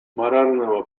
морального